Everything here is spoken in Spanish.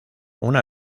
una